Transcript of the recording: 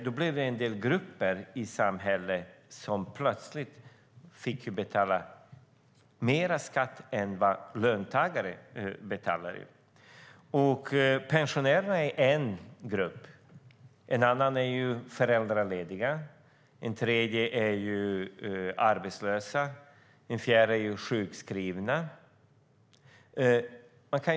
Plötsligt fick en del grupper i samhället betala mer skatt än löntagarna. Pensionärerna är en grupp, föräldralediga en annan, arbetslösa en tredje, sjukskrivna en fjärde.